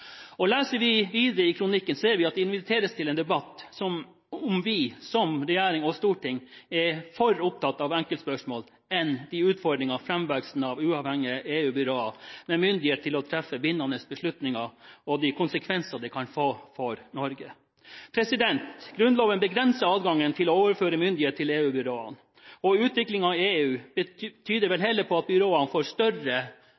Leser vi videre i kronikken, ser vi at det inviteres til en debatt om hvorvidt vi – regjering og storting – er mer opptatt av enkeltspørsmål enn av utfordringene med framveksten av uavhengige EU-byråer med myndighet til å treffe bindende beslutninger og de konsekvenser det kan få for Norge. Grunnloven begrenser adgangen til å overføre myndighet til EU-byråene. Utviklingen i EU tyder vel